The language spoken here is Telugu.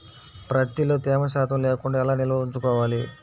ప్రత్తిలో తేమ శాతం లేకుండా ఎలా నిల్వ ఉంచుకోవాలి?